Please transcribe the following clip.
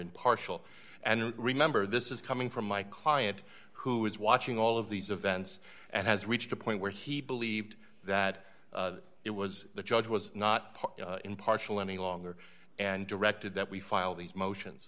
impartial and remember this is coming from my client who is watching all of these events and has reached a point where he believed that it was the judge was not impartial any longer and directed that we file these motions